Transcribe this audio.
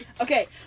Okay